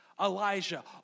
Elijah